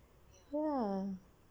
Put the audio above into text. ya